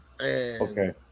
Okay